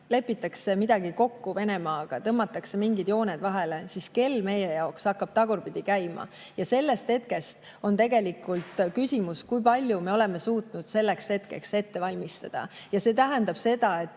lepitakse midagi Venemaaga kokku, tõmmatakse mingid jooned vahele, siis meie jaoks hakkab kell tagurpidi käima. Ja siis on tegelikult küsimus, kui palju me oleme suutnud selleks hetkeks valmistuda. Ja see tähendab seda, et